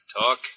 Talk